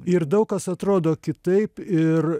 ir daug kas atrodo kitaip ir